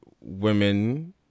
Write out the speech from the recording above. women